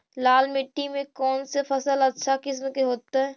लाल मिट्टी में कौन से फसल अच्छा किस्म के होतै?